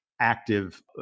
active